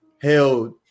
held